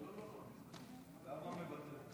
למה מוותר?